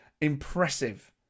impressive